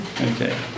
Okay